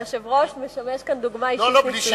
היושב-ראש משמש כאן דוגמה אישית נפלאה.